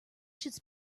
should